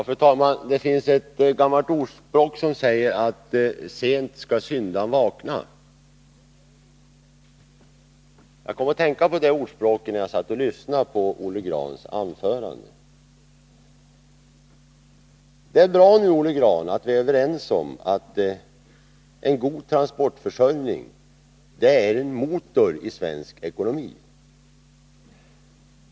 Fru talman! Det finns ett gammalt ordspråk som säger att sent skall syndaren vakna. Jag kom att tänka på det, när jag lyssnade på Olle Grahns anförande. Det är bra, Olle Grahn, att vi nu är överens om att en god trafikförsörjning är en motor i svensk ekonomi.